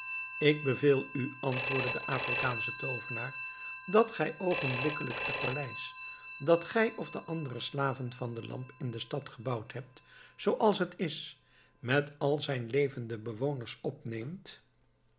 ik beveel u antwoordde de afrikaansche toovenaar dat gij oogenblikkelijk het paleis dat gij of de andere slaven van de lamp in de stad gebouwd hebt zoo als het is met al zijn levende bewoners opneemt